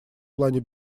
плане